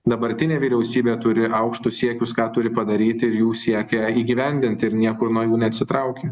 dabartinė vyriausybė turi aukštus siekius ką turi padaryti ir jų siekia įgyvendinti ir niekur nuo jų neatsitraukia